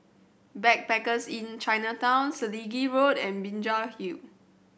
Backpackers Inn Chinatown Selegie Road and Binjai Hill